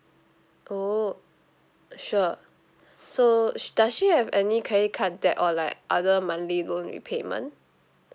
oh sure so sh~ does she have any credit card debt or like other monthly loan repayment